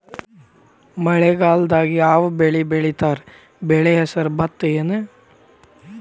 ಮಳೆಗಾಲದಾಗ್ ಯಾವ್ ಬೆಳಿ ಬೆಳಿತಾರ, ಬೆಳಿ ಹೆಸರು ಭತ್ತ ಏನ್?